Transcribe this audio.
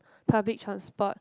public transport